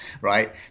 right